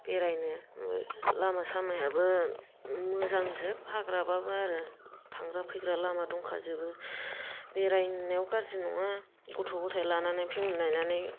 बेरायनो लामा सामायाबो मोजांजोब हाग्राबाबो आरो थांग्रा फैग्रा लामा दंखाजोबो बेरायनायाव गाज्रि नङा गथ' गथाय लानानै फेमेलि लानानै